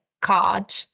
card